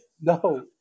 No